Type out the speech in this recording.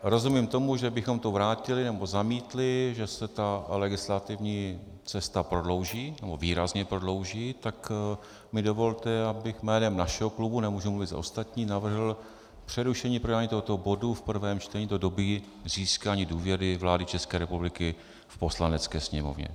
Rozumím tomu, že bychom to vrátili nebo zamítli, že se ta legislativní cesta prodlouží, nebo výrazně prodlouží, tak mi dovolte, abych jménem našeho klubu, nemohu mluvit za ostatní, navrhl přerušení projednávání tohoto bodu v prvém čtení do doby získání důvěry vlády České republiky v Poslanecké sněmovně.